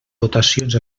votacions